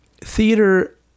theater